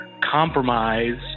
Compromise